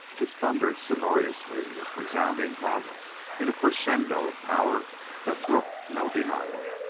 it thundered sonorously its resounding hum in a crescendo of power that brooked no denial,